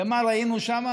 מה ראינו שם,